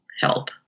help